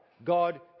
God